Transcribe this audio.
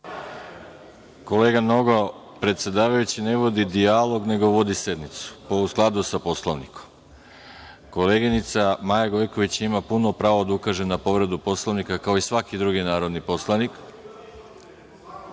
Kolega Nogo, predsedavajući ne vodi dijalog, nego vodi sednicu u skladu sa Poslovnikom. Koleginica Maja Gojković ima puno pravo da ukaže na povredu Poslovnika, kao i svaki drugi narodni poslanik,